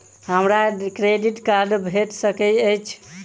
हमरा credit card भेट सकैत अछि?